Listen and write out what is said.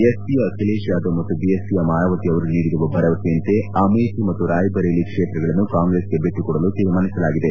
ಎಸ್ಪಿಯ ಅಖಿಲೇಶ್ ಯಾದವ್ ಮತ್ತು ಬಿಎಸ್ಪಿಯ ಮಾಯಾವತಿ ಅವರು ನೀಡಿರುವ ಭರವಸೆಯಂತೆ ಅಮೇಥಿ ಮತ್ತು ರಾಯ್ಬರೇಲಿ ಕ್ಷೇತ್ರಗಳನ್ನು ಕಾಂಗ್ರೆಸ್ಗೆ ಬಿಟ್ಟುಕೊಡಲು ತೀರ್ಮಾನಿಸಲಾಗಿದೆ